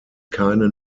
keine